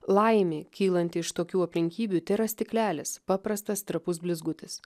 laimė kylanti iš tokių aplinkybių tėra stiklelis paprastas trapus blizgutis